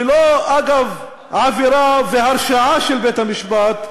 ולא, אגב, עבירה והרשעה של בית-המשפט,